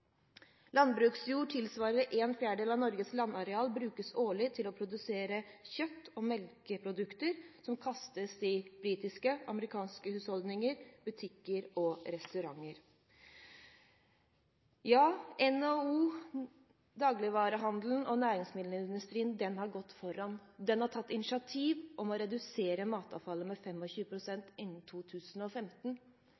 å produsere kjøtt- og melkeprodukter som kastes i britiske og amerikanske husholdninger, butikker og restauranter. NHO, dagligvarehandelen og næringsmiddelindustrien har gått foran. De har tatt initiativ til å redusere matavfallet med